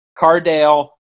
Cardale